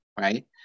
right